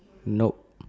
nope